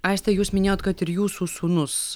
aiste jūs minėjot kad ir jūsų sūnus